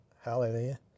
Hallelujah